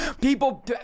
People